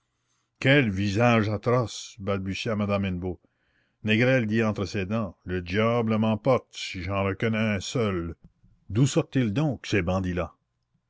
quels visages atroces balbutia madame hennebeau négrel dit entre ses dents le diable m'emporte si j'en reconnais un seul d'où sortent ils donc ces bandits là